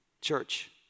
Church